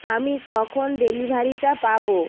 আমি কখন ডেলিভারিটা পাবো